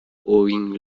owing